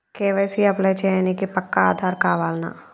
KYC apply చేయనీకి పక్కా ఆధార్ కావాల్నా?